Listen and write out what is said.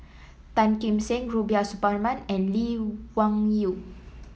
Tan Kim Seng Rubiah Suparman and Lee Wung Yew